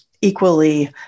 equally